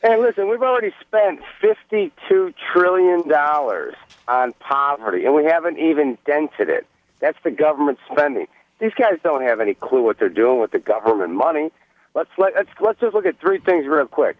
listen we've already spent fifty two trillion dollars on poverty and we haven't even dented it that's the government spending these guys don't have any clue what they're doing with the government money let's let's go let's look at three things really quick